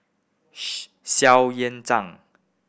Xu Yuan Zhang